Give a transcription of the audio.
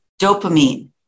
dopamine